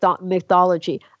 mythology